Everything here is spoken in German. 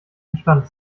verstand